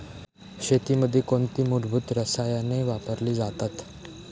शेतीमध्ये कोणती मूलभूत रसायने वापरली जातात?